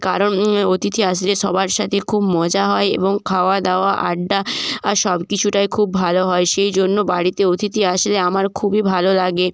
কারণ অতিথি আসলে সবার সাথে খুব মজা হয় এবং খাওয়া দাওয়া আড্ডা সব কিছুটাই খুব ভালো হয় সেই জন্য বাড়িতে অতিথি আসলে আমার খুবই ভালো লাগে